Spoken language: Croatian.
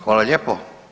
Hvala lijepo.